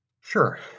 sure